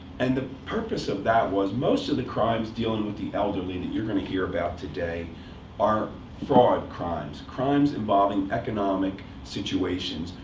and the purpose of that was, most of the crimes dealing with the elderly that you're going to hear about today are fraud crimes crimes involving economic situations,